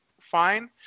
fine